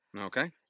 Okay